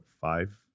five